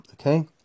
okay